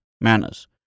manners